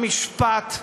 המשפט,